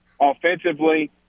offensively